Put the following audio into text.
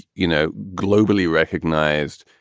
you know, globally recognized,